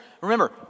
Remember